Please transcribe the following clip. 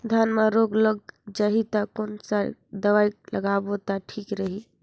धान म रोग लग जाही ता कोन सा दवाई लगाबो ता ठीक रही?